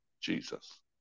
Jesus